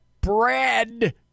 bread